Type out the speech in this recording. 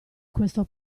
questo